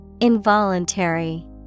Involuntary